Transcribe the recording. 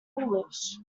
foolish